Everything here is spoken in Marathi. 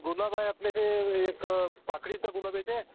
गुलाब आहे आपल्या इथे एक पाकळीचा गुलाब येते